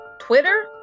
Twitter